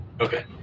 Okay